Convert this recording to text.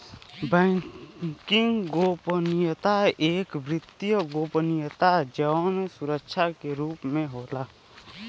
banking गोपनीयता एक वित्तीय गोपनीयता जौन सुरक्षा के रूप में होला